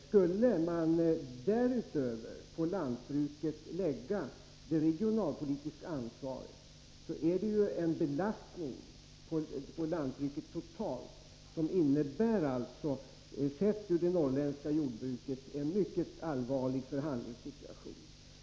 Skulle man därutöver på lantbruket lägga det regionalpolitiska ansvaret är det en belastning på lantbruket totalt som, sett ur det norrländska jordbrukets synvinkel, innebär en mycket allvarlig förhandlingssituation.